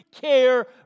care